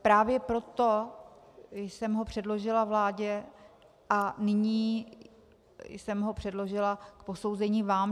Právě proto jsem ho předložila vládě a nyní jsem ho předložila k posouzení vám.